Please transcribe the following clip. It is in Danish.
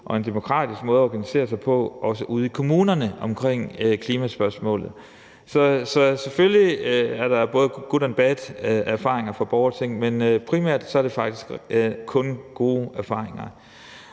og en demokratisk måde at organisere sig på, også ude i kommunerne, omkring klimaspørgsmålet. Så selvfølgelig er der både gode og dårlige erfaringer fra klimaborgertinget, men primært er det faktisk kun gode erfaringer.